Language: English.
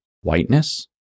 whiteness